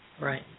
Right